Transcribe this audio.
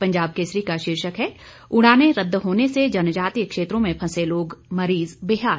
पंजाब केसरी का शीर्षक है उड़ानें रदद होने से जनजातीय क्षेत्रों में फंसे लोग मरीज बेहाल